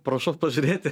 prašau pažiūrėti